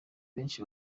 benshi